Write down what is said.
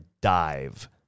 dive